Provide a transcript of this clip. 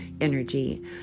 energy